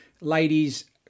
ladies